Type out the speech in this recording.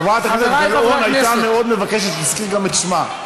חברת הכנסת גלאון הייתה מאוד מבקשת להזכיר גם את שמה.